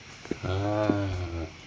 ah